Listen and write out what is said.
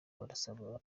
barasabana